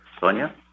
Sonia